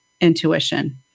intuition